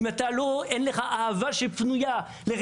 אם אין לך אהבה לרעך,